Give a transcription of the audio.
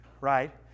right